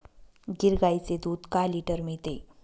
गीर गाईचे दूध काय लिटर मिळते?